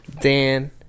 Dan